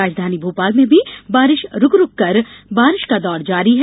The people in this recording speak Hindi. राजधानी भोपाल में भी बारिश रुक रुक कर बारिश का दौर जारी है